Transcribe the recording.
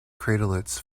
craterlets